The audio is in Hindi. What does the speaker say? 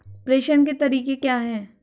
प्रेषण के तरीके क्या हैं?